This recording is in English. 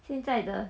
现在的